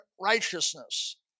righteousness